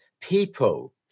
people